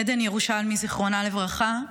עדן ירושלמי, זיכרונה לברכה,